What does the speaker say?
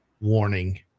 warning